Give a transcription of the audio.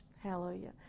Hallelujah